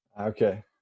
Okay